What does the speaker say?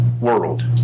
world